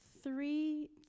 three